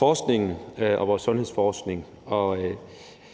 vores sundhedsforskning.